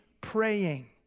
praying